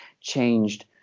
changed